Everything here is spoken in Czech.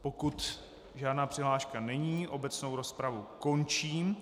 Pokud žádná přihláška není, obecnou rozpravu končím.